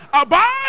abide